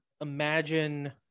imagine